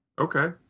Okay